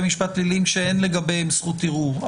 משפט פליליים שאין לגביהם זכות ערעור,